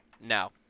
No